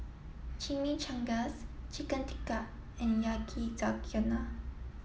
Chimichangas Chicken Tikka and Yakizakana